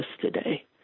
today